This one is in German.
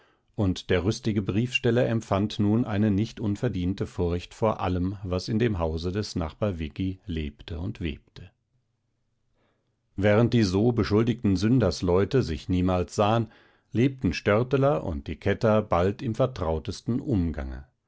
und der rüstige briefsteller empfand nun eine nicht unverdiente furcht vor allem was in dem hause des nachbar viggi lebte und webte während so die beschuldigten sündersleute sich niemals sahen lebten störteler und die kätter bald im vertrautesten umgange